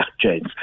James